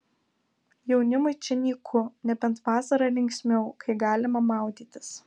jaunimui čia nyku nebent vasarą linksmiau kai galima maudytis